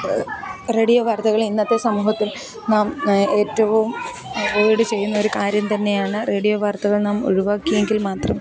radio വാർത്തകൾ ഇന്നത്തെ സമൂഹത്തിൽ നാം ഏറ്റവും അവോയ്ഡ് ചെയ്യുന്നൊരു കാര്യംതന്നെയാണ് റേഡിയോ വാർത്തകൾ നാം ഒഴിവാക്കിയെങ്കിൽ മാത്രം